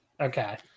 Okay